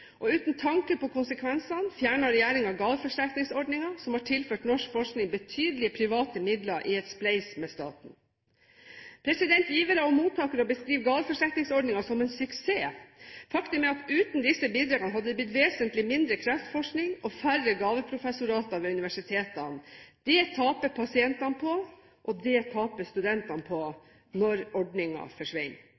Uten tanke på konsekvensene fjernet regjeringen gaveforsterkningsordningen, som har tilført norsk forskning betydelige private midler i en spleis med staten. Givere og mottakere beskriver gaveforsterkningsordningen som en suksess. Faktum er at uten disse bidragene hadde det blitt vesentlig mindre kreftforskning og færre gaveprofessorater ved universitetene. Det taper pasientene på, og det taper studentene på,